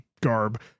garb